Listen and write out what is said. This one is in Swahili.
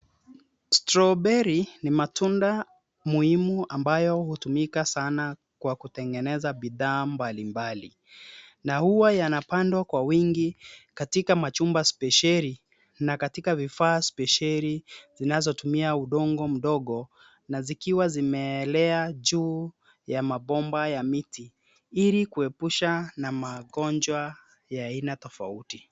Strawberry ni matunda muhimu ambayo hutumika sana kwa kutengeneza bidhaa mbali mbali, na huwa yanapandwa kwa wingi katika machumba spesheli na katika vifaa spesheli zinazotumia udongo mdogo na zikiwa zimeelea juu ya mabomba ya miti ili kuepusha na magonjwa ya aina tofauti.